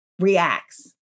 reacts